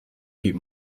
keep